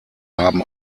haben